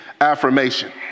affirmation